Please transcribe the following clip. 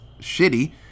shitty